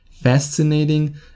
fascinating